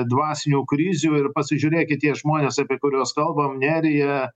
dvasinių krizių ir pasižiūrėkit tie žmonės apie kuriuos kalbam nerija